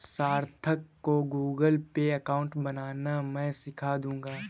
सार्थक को Google Pay account बनाना मैं सीखा दूंगा